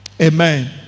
Amen